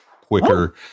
quicker